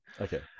Okay